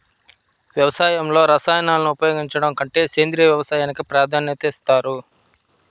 వ్యవసాయంలో రసాయనాలను ఉపయోగించడం కంటే సేంద్రియ వ్యవసాయానికి ప్రాధాన్యత ఇస్తారు